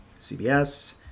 cbs